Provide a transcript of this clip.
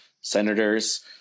senators